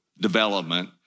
development